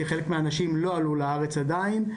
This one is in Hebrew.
כי חלק מהאנשים לא עלו לארץ עדיין,